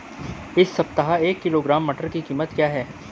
इस सप्ताह एक किलोग्राम मटर की कीमत क्या है?